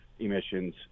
emissions